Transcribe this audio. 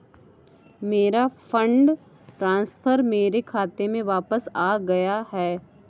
मेरा fund transfer मेरे खाते में वापस आ गया है